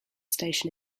station